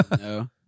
no